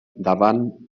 davant